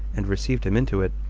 and received him into it,